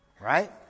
right